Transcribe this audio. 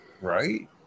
right